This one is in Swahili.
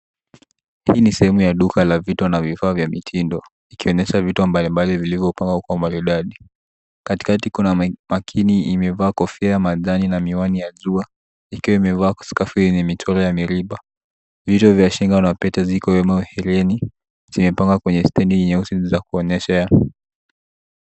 Hii ni sehemu ya duka la vito na vifaa vya mitindo, ikionyesha vito mbalimbali vilivyopangwa kwa maridadi. Katikati kuna makini imevaa kofia ya majani na miwani ya jua ikiwa imevaa skafu yenye michoro ya miriba. vito vya shingo na pete ziko wima na herini zimepangwa kwenye stendi nyeusi za kuonyeshea.